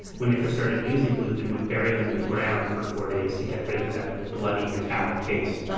when they first started using bluefin, would bury them in the ground for four days to get rid of that like bloody, metallic taste. ah